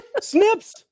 Snips